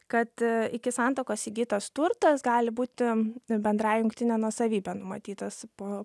kad iki santuokos įgytas turtas gali būti bendrąja jungtine nuosavybe numatytas po